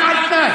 הם על תנאי.